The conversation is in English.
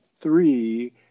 three